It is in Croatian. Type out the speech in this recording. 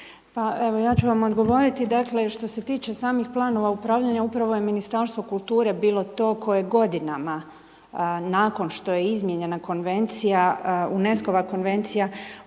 Ja ću vam odgovoriti. Dakle, što se tiče samih planova upravljanja upravo je Ministarstvo kulture bilo to koje je godinama nakon što je izmijenjena konvencija